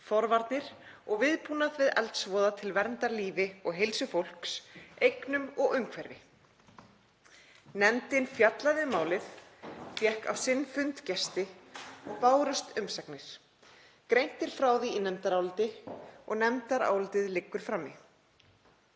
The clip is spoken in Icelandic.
forvarnir og viðbúnað við eldsvoða til verndar lífi og heilsu fólks, eignum og umhverfi. Nefndin fjallaði um málið, fékk á sinn fund gesti og bárust umsagnir. Greint er frá því í nefndaráliti og nefndarálitið liggur frammi.